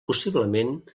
possiblement